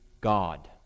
God